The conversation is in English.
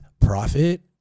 profit